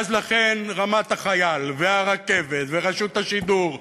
ואז, לכן, רמת-החייל, הרכבת, רשות השידור ועמונה,